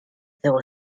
zéro